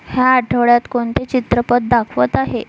ह्या आठवड्यात कोणते चित्रपट दाखवत आहे